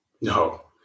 No